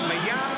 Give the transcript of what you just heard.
בים,